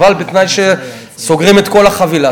אבל בתנאי שסוגרים את כל החבילה.